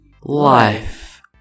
Life